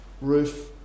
roof